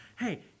Hey